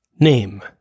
Name